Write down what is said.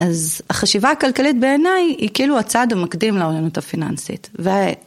אז, החשיבה הכלכלית בעיניי היא כאילו הצעד המקדים לאוריינות הפיננסית, ו...